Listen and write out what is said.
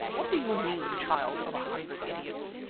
what do you mean, child of a hundred idiots?